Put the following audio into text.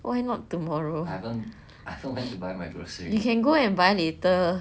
why not tomorrow you can go and buy later